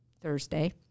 Thursday